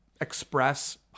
express